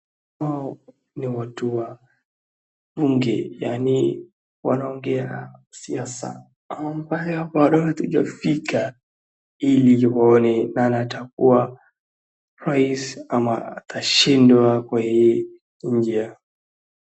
Hawa ni watu wa bunge, yaani wanaongea siasa ambayo bado hatujafika ili tuone nani atakua rais ama atashindwa kwa hii njia.